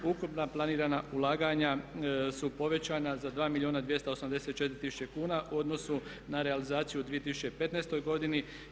Ukupna planirana ulaganja su povećana za 2 milijuna i 284 tisuće kuna u odnosu na realizaciju u 2015. godini.